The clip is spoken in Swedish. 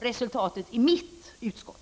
resultatet i min riksdagsgrupp.